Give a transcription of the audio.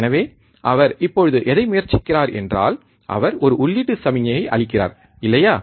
எனவே அவர் இப்போது எதை முயற்சிக்கிறார் என்றால் அவர் ஒரு உள்ளீட்டு சமிக்ஞையை அளிக்கிறார் இல்லையா